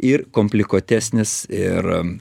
ir komplikuotesnis ir